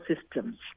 systems